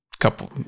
couple